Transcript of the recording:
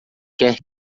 quer